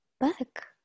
book